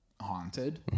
haunted